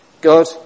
God